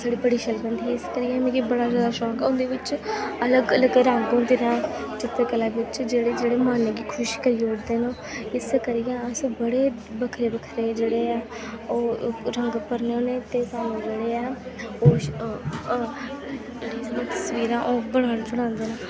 साढ़ी बड़ी शैल बनदी ही इस करियै मिगी बड़ा जैदा शौंक ऐ ओह्दे बिच्च अलग अलग रंग होंदे न चित्तरकला बिच्च जेह्ड़े जेह्ड़े मन गी खुश करी ओड़दे न इस करियै अस बड़े बक्खरे बक्खरे जेह्ड़े ऐ ओह् रंग भरने होन्ने ते सानूं जेह्ड़े ऐ ओह् तसवीरां ओह् बनान बनांदे न